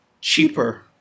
Cheaper